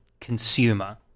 consumer